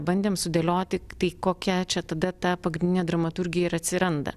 bandėm sudėlioti tai kokia čia tada ta pagrindinė dramaturgija ir atsiranda